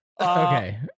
okay